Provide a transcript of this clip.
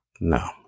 No